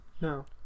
No